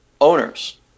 owners